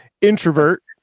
introvert